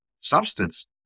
substance